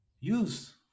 use